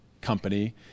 company